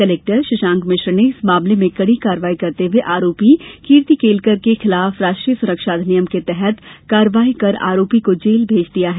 collector Shashank Mishra ने इस मामले में कड़ी कार्यवाही करते हुए आरोपी कीर्ति केलकर के खिलाफ राष्ट्रीय सुरक्षा अधिनियम के तहत कार्यवाही कर आरोपी को जेल भेज दिया है